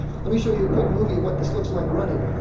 let me show you a quick movie of what this looks like running.